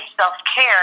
self-care